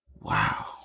Wow